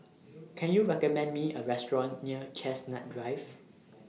Can YOU recommend Me A Restaurant near Chestnut Drive